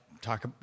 talk